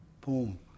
boom